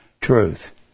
truth